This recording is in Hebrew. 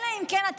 אלא אם כן אתה,